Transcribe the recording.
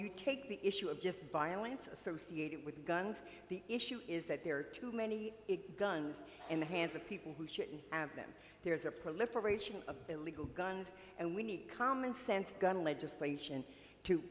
you take the issue of just violence associated with guns the issue is that there are too many it guns in the hands of people who shouldn't have them there is a proliferation of illegal guns and we need commonsense gun legislation to